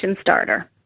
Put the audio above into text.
starter